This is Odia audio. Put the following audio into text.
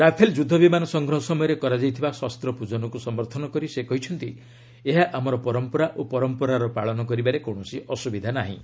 ରାଫେଲ ଯୁଦ୍ଧ ବିମାନ ସଂଗ୍ରହ ସମୟରେ କରାଯାଇଥିବା ଶସ୍ତ ପୂଜନକୁ ସମର୍ଥନ କରି ସେ କହିଛନ୍ତି ଏହା ଆମର ପରମ୍ପରା ଓ ପରମ୍ପରାର ପାଳନ କରିବାରେ କୌଣସି ଅସ୍ରବିଧା ନାହିଁ